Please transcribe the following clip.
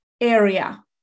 area